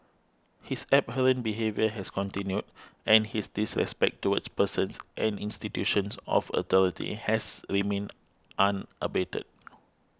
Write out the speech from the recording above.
his abhorrent behaviour has continued and his disrespect towards persons and institutions of authority has remained unabated